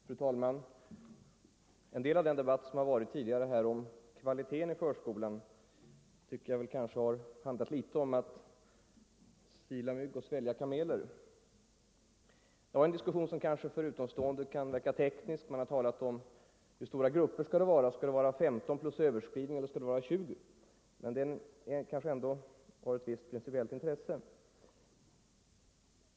Fru talman! En del av den debatt som har förts här om kvaliteten på förskolan tycker jag i någon mån har handlat om att sila mygg och svälja kameler. Det har varit en diskussion som för utomstående kan verka teknisk. Men när man har talat om hur stora grupper det skall vara — 15 barn plus överinskrivning eller 20 barn — kanske det ändå har ett principiellt intresse att fortsätta diskussionen.